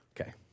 Okay